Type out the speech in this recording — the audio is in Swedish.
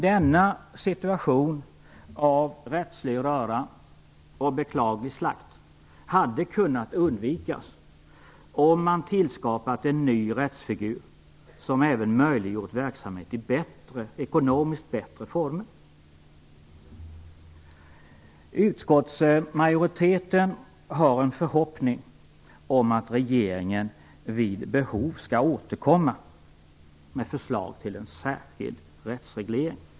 Denna situation av rättslig "röra" och beklaglig "slakt" hade kunnat undvikas om man hade tillskapat en ny rättsfigur som även möjliggjort verksamhet i ekonomiskt bättre former. Utskottsmajoriteten har en förhoppning om att regeringen vid behov skall återkomma med förslag till en särskild rättsreglering.